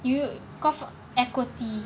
ya call for equity